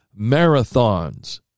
marathons